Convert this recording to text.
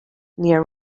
near